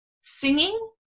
Singing